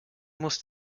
muss